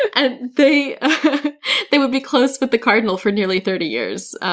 ah they they would be close with the cardinal for nearly thirty years.